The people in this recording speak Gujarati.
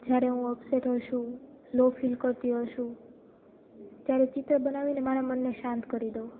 જ્યારે હું અપસેટ હશું લો ફિલ કરતી હશું ત્યારે ચિત્ર બનાવીને મારા મનને શાંત કરી દઉં